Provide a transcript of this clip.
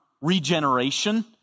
regeneration